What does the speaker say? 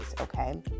okay